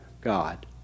God